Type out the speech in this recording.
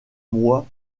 mois